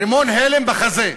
רימון הלם בחזה.